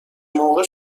موقع